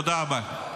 תודה רבה.